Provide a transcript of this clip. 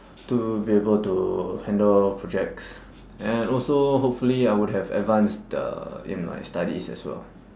to be able to handle projects and also hopefully I would have advanced uh in my studies as well